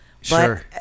Sure